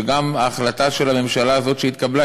שגם ההחלטה הזאת של הממשלה שהתקבלה,